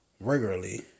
Regularly